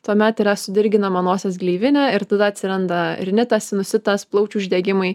tuomet yra sudirginama nosies gleivinė ir tada atsiranda rinitas sinusitas plaučių uždegimai